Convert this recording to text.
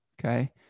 okay